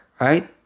right